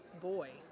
boy